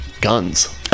guns